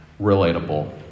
relatable